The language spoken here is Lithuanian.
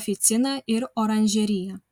oficina ir oranžerija